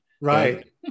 right